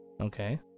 okay